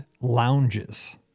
lounges